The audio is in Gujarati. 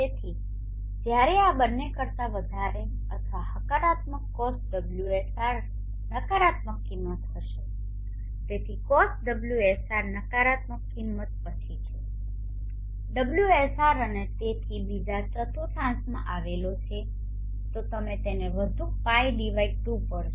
તેથી જ્યારે આ બંને કરતાં વધારે અથવા હકારાત્મક cos ωsr નકારાત્મક કિંમત હશે તેથી cos ωsr નકારાત્મક કિંમત પછીછે ωsr અને તેથી બીજા ચતુર્થાંશ માં આવેલોછે તો તમે તેને વધુ π2 પડશે